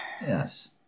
Yes